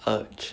urge